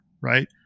right